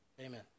Amen